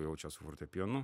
jau čia su fortepijonu